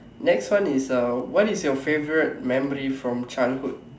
next one is uh what is your favourite memory from childhood